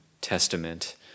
testament